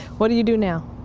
what do you do now?